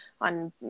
on